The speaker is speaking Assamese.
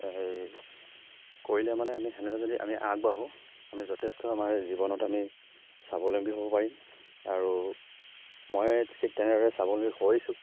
কৰিলে মানে আমি সেনেদৰে যদি আমি আগবাঢ়োঁ আমি যথেষ্ট আমাৰ জীৱনত আমি স্বাৱলম্বী হ'ব পাৰিম আৰু মই ঠিক তেনেদৰে স্বাৱলম্বী হৈছোঁ